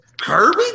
Kirby